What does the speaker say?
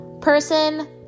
Person